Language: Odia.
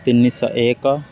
ତିନିଶହ ଏକ